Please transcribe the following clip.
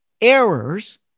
errors